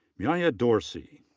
myia dorsey.